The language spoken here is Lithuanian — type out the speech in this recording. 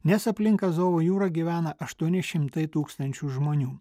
nes aplink azovo jūrą gyvena aštuoni šimtai tūkstančių žmonių